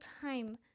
time